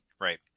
Right